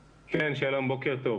כן, שלום, בוקר טוב.